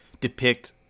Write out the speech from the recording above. depict